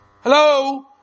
Hello